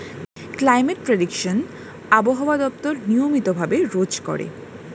climate prediction আবহাওয়া দপ্তর নিয়মিত ভাবে রোজ করে